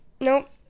nope